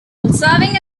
serving